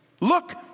Look